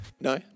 no